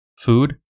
food